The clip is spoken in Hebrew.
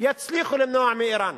יצליחו למנוע מאירן.